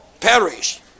perish